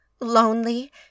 Lonely